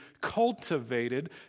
cultivated